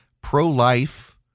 pro-life